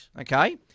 Okay